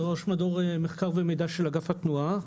ראש מדור מחקר ומידע של אגף התנועה.